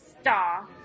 star